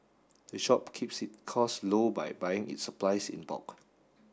the shop keeps its costs low by buying its supplies in bulk